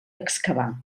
excavar